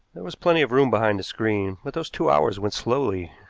there was plenty of room behind the screen, but those two hours went slowly.